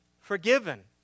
forgiven